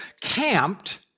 camped